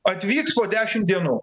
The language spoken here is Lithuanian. atvyks po dešim dienų